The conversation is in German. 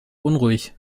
unruhig